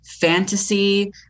fantasy